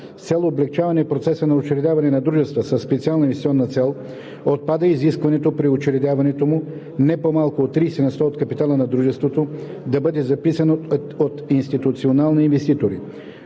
С цел облекчаване процеса на учредяване на дружества със специална инвестиционна цел, отпада изискването при учредяването му не по-малко от 30 на сто от капитала на дружеството да бъде записан от институционални инвеститори.